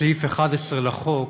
סעיף 11 לחוק